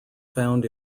found